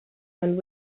and